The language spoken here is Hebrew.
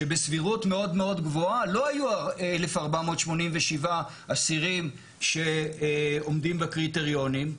שבסבירות מאוד מאוד גבוהה לא היו 1,487 אסירים שעומדים בקריטריונים.